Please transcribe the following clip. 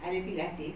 ada pilates